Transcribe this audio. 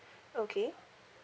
okay